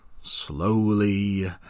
slowly